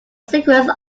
sequence